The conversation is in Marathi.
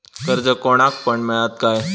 कर्ज कोणाक पण मेलता काय?